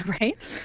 Right